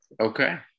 Okay